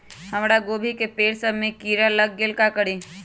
हमरा गोभी के पेड़ सब में किरा लग गेल का करी?